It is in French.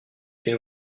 une